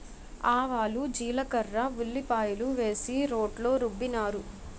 ఆవాలు జీలకర్ర ఉల్లిపాయలు వేసి రోట్లో రుబ్బినారు